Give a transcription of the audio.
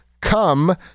come